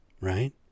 right